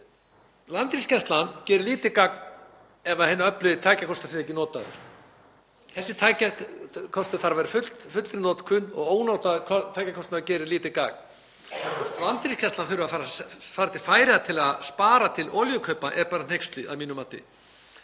Landhelgisgæslan gerir lítið gagn ef hinn öflugi tækjakostur er ekki notaður. Þessi tækjakostur þarf að vera í fullri notkun og ónotaður tækjakostur gerir lítið gagn. Að Landhelgisgæslan þurfi að fara til Færeyja til að spara til olíukaupa er bara hneyksli að mínu mati.